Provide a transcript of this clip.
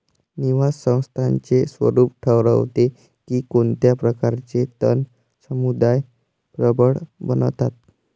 निवास स्थानाचे स्वरूप ठरवते की कोणत्या प्रकारचे तण समुदाय प्रबळ बनतात